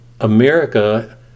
America